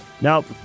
Nope